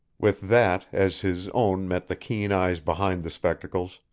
with that, as his own met the keen eyes behind the spectacles,